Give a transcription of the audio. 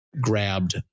grabbed